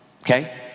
okay